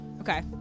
Okay